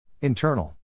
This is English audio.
Internal